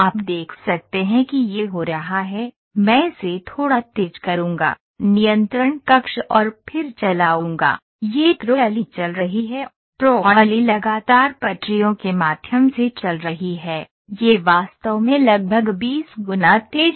आप देख सकते हैं कि यह हो रहा है मैं इसे थोड़ा तेज करूंगा नियंत्रण कक्ष और फिर चलाऊंगा यह ट्रॉली चल रही है ट्रॉली लगातार पटरियों के माध्यम से चल रही है यह वास्तव में लगभग 20 गुना तेज है